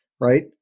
right